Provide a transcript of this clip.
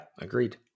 agreed